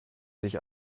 sich